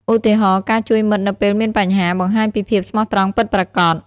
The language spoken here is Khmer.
ឧទាហរណ៍ ការជួយមិត្តនៅពេលមានបញ្ហា បង្ហាញពីភាពស្មោះត្រង់ពិតប្រាកដ។